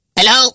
Hello